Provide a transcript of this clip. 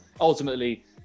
Ultimately